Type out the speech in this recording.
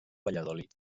valladolid